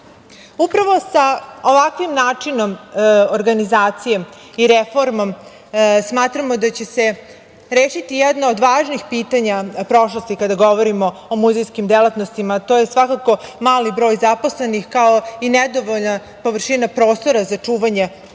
Upravo sa ovakvim načinom organizacije i reformom smatramo da će se rešiti jedno od važnih pitanja prošlosti kada govorimo o muzejski delatnostima, a to je svakako mali broj zaposlenih kao i nedovoljna površina prostora za čuvanje naše